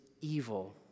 evil